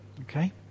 okay